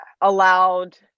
allowed